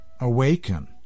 awaken